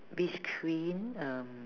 beach queen um